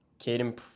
Caden